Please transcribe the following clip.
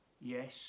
yes